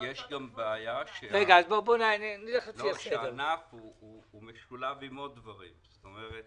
יש גם בעיה כי הענף משולב עם דברים נוספים.